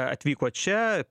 atvyko čia